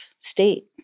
state